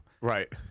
Right